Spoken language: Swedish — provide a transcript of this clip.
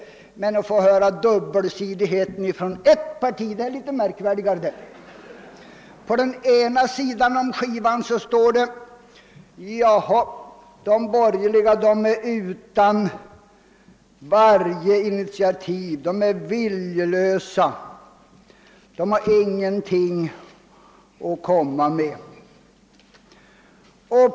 Men att det förekommer dubbelsidighet inom ett enda parti är märkligare. På den ena sidan av skivan får vi ibland höra att de borgerliga saknar initiativförmåga, att de är viljelösa och att de inte har någonting att komma med.